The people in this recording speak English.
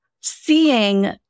seeing